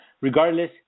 Regardless